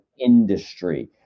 industry